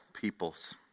peoples